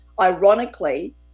ironically